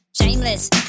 Shameless